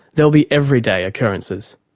they'll be everyday occurrences.